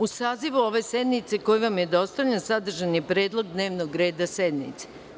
U sazivu ove sednice, koji vam je dostavljen, sadržan je predlog dnevnog reda sednice.